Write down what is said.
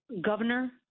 Governor